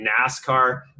NASCAR